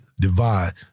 divide